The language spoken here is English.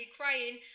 crying